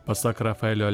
pasak rafaelio